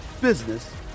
business